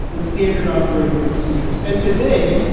and standard operating procedures. and today,